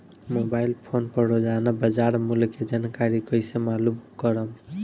Mobile phone पर रोजाना बाजार मूल्य के जानकारी कइसे मालूम करब?